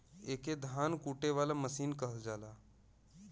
एके धान कूटे वाला मसीन कहल जाला